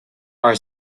are